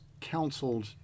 counseled